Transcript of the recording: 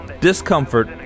discomfort